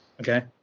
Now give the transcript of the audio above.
Okay